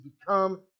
become